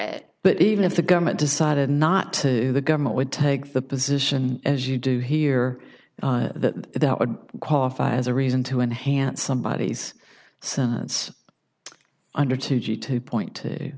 it but even if the government decided not to the government would take the position as you do here that that would qualify as a reason to enhance somebody he's since under two g two point to